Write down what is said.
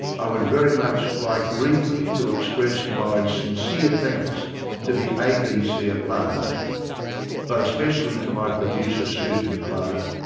i would very much like briefly to express my sincere thanks to the abc at large but especially to my producer susan clark,